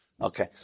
Okay